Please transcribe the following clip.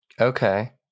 Okay